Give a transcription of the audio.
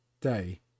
day